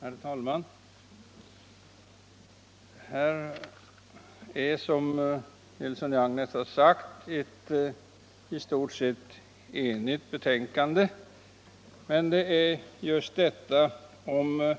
Herr talman! Här föreligger, som herr Nilsson i Agnäs har påpekat, ett i stort sett enhälligt betänkande. Men det är just i fråga om